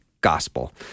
Gospel